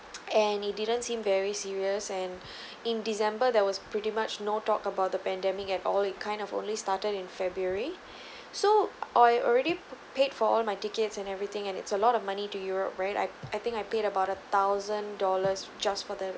and it didn't seem very serious and in december that was pretty much no talk about the pandemic at all it kind of only started in february so I already paid for all my tickets and everything and it's a lot of money to europe right I I think I paid about a thousand dollars just for the